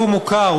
הוא מוכר,